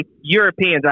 Europeans